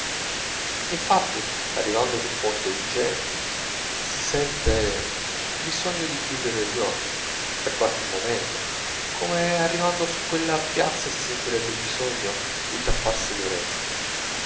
infatti arrivando sul ponte di jena si sente il bisogno di chiuder gli occhi per qualche momento come arrivando su quella piazza si sentirebbe il bisogno di tapparsi le orecchie